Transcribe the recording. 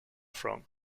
from